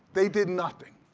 they did nothing.